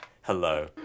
hello